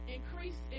Increase